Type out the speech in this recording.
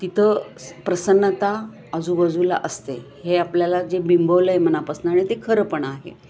तिथं प्रसन्नता आजूबाजूला असते हे आपल्याला जे बिंबवलंय मनापासनं आणि ते खरं पण आहे